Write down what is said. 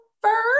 first